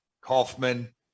Kaufman